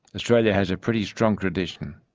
australia has a pretty strong tradition.